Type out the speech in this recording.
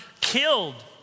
killed